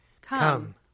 Come